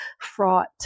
fraught